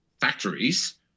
factories